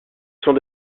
sont